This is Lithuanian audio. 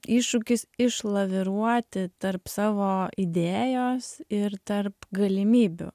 iššūkis išlaviruoti tarp savo idėjos ir tarp galimybių